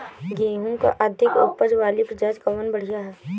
गेहूँ क अधिक ऊपज वाली प्रजाति कवन बढ़ियां ह?